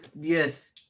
yes